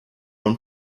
own